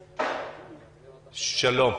שלום.